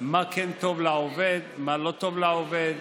מה כן טוב לעובד ומה לא טוב לעובד,